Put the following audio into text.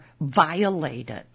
violated